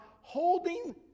holding